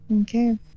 Okay